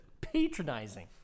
patronizing